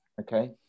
Okay